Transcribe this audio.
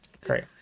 great